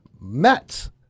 Mets